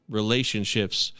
relationships